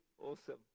Awesome